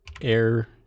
air